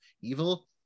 evil